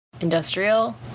industrial